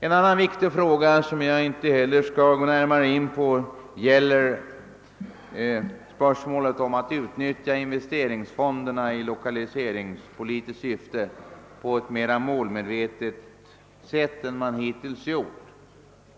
En annan viktig fråga, som jag inte heller skall gå närmare in på, är spörsmålet om att utnyttja investeringsfonderna i lokaliseringspolitiskt syfte på ett mera målmedvetet sätt än som hittills skett.